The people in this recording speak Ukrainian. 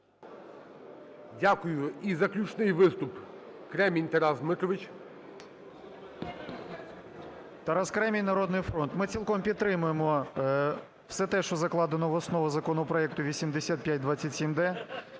Дякую. І заключний виступ – Кремінь Тарас Дмитрович. 10:48:54 КРЕМІНЬ Т.Д. Тарас Кремінь, "Народний фронт". Ми цілком підтримуємо все те, що закладено в основу законопроекту 8527-д.